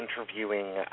interviewing